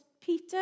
Peter